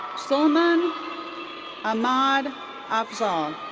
salmaan ahmed afzal. um